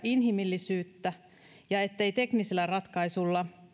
inhimillisyyttä ja ettei teknisillä ratkaisuilla